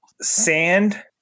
sand